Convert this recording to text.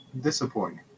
Disappointing